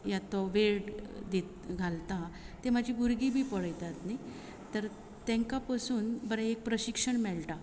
या तो वेळ घालता ते म्हजी भुरगीं बी पळयतात न्ही तर तांकां पसून बरें एक प्रशिक्षण मेळटा